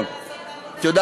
אני חתומה שנייה, אני רוצה